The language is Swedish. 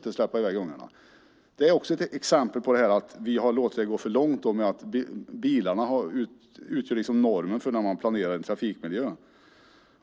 törs släppa i väg sina barn. Det är ytterligare ett exempel på att vi har låtit det gå för långt med att låta bilarna utgöra normen när man planerar en trafikmiljö.